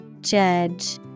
Judge